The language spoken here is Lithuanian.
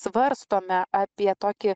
svarstome apie tokį